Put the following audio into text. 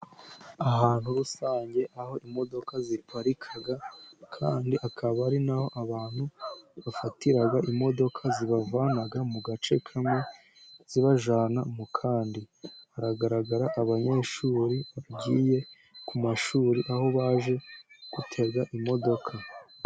Ahantu rusange, aho imodoka ziparika, kandi akaba ari naho abantu bafatira imodoka zibavana mu gace kamwe zibajyana mu kandi. Hagaragara abanyeshuri bagiye ku mashuri, aho baje gutega imodoka.